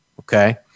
okay